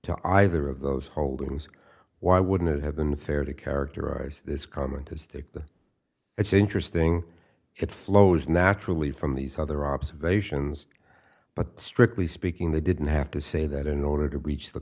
to either of those holdings why wouldn't it have been fair to characterize this comment as that it's interesting it flows naturally from these other observations but strictly speaking they didn't have to say that in order to reach the